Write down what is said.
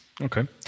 Okay